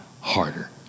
harder